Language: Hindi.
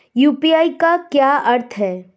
यू.पी.आई का क्या अर्थ है?